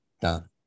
done